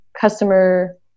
customer